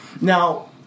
Now